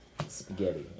Spaghetti